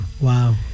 Wow